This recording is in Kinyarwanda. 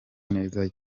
neza